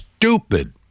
Stupid